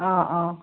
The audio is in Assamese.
অঁ অঁ